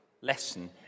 lesson